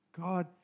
God